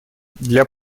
для